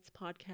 podcast